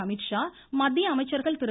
அமித்ஷா மத்திய அமைச்சர்கள் திரு